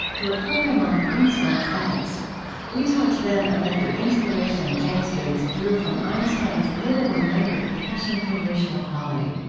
for a program on einstein's ethics we talked then about the inspiration james gates drew from einstein's little-remembered passion for racial equality.